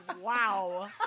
Wow